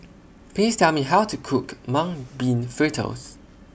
Please Tell Me How to Cook Mung Bean Fritters